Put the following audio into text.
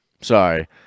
Sorry